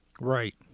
Right